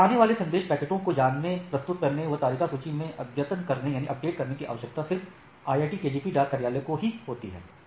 सभी आने वाले संदेश पैकेट को जानने प्रस्तुत करने एवं तालिका सूची में अद्यतन करने की आवश्यकता सिर्फ आईआईटी केजीपी डाक कार्यालय को ही होती है